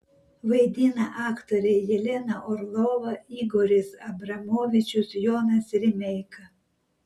vaidina aktoriai jelena orlova igoris abramovičius jonas rimeika